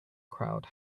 crowd